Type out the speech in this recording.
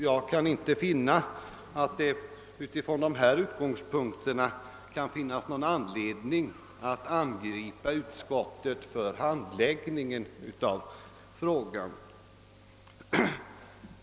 Jag kan med utgångspunkt häri inte finna någon anledning till angrepp mot utskottet för handläggningen av ärendet.